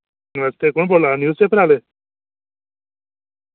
नमस्ते कु'न बोल्ला दा न्यूज पेपर आह्ले